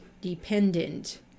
dependent